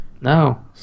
no